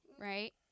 right